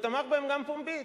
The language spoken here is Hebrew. ותמך בהן גם פומבית.